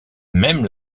même